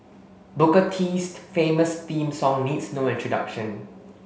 Booker T's famous theme song needs no introduction